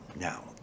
now